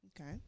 Okay